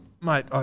mate